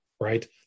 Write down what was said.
right